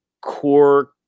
core